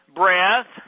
breath